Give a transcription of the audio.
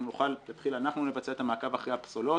אנחנו נוכל להתחיל לבצע מעקב אחרי הפסולת.